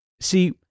See